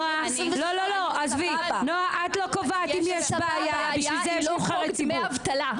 אם יש בעיה, בשביל זה יש נבחרי ציבור.